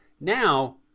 Now